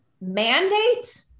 mandate